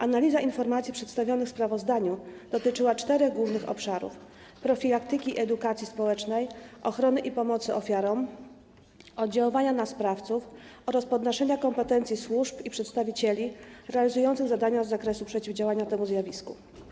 Analiza informacji przedstawionych w sprawozdaniu dotyczyła czterech głównych obszarów: profilaktyki i edukacji społecznej, ochrony i pomocy ofiarom, oddziaływania na sprawców oraz podnoszenia kompetencji służb i przedstawicieli realizujących zadania z zakresu przeciwdziałania temu zjawisku.